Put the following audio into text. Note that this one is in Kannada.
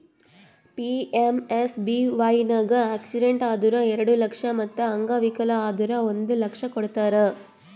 ಪಿ.ಎಮ್.ಎಸ್.ಬಿ.ವೈ ನಾಗ್ ಆಕ್ಸಿಡೆಂಟ್ ಆದುರ್ ಎರಡು ಲಕ್ಷ ಮತ್ ಅಂಗವಿಕಲ ಆದುರ್ ಒಂದ್ ಲಕ್ಷ ಕೊಡ್ತಾರ್